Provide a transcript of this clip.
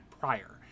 prior